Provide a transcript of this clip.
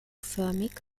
förmig